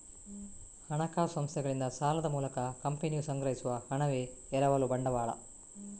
ಹಣಕಾಸು ಸಂಸ್ಥೆಗಳಿಂದ ಸಾಲದ ಮೂಲಕ ಕಂಪನಿಯು ಸಂಗ್ರಹಿಸುವ ಹಣವೇ ಎರವಲು ಬಂಡವಾಳ